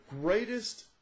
greatest